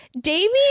Damien